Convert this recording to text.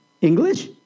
English